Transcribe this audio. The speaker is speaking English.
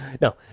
No